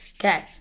Okay